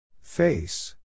Face